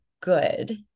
good